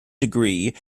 degree